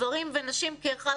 גברים ונשים כאחד,